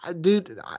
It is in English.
dude